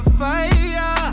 fire